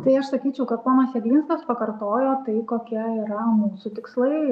tai aš sakyčiau kad ponas jeglinskas pakartojo tai kokie yra mūsų tikslai